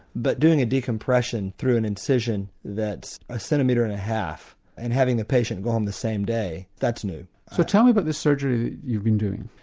but doing a decompression through an incision that's a centimetre and a half and having the patient go home the same day, that's new. so tell me about but the surgery you've been doing.